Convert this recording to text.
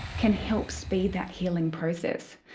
can help speed that healing process.